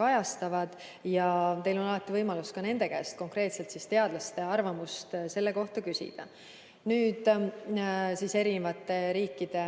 kajastavad. Teil on alati võimalus ka nende käest, konkreetselt teadlaste arvamust küsida, erinevate riikide